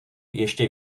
ještě